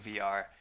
VR